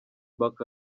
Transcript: back